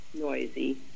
noisy